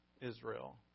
Israel